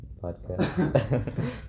podcast